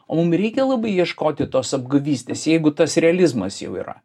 o mum reikia labai ieškoti tos apgavystės jeigu tas realizmas jau yra